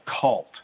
cult